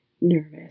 nervous